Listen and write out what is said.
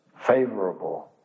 favorable